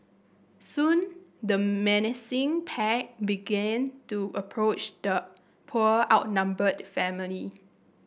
soon the menacing pack began to approach the poor outnumbered family